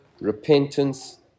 repentance